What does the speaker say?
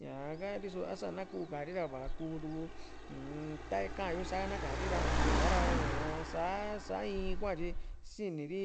ña´ka riso a´sa kuu kaa´ri ra vaa kuu tu uun ta ka´an yo sana kari ra ña´ra sa sa in kua tyi sini ri